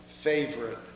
favorite